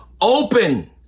open